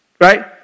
right